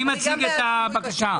מי מציג את הבקשה?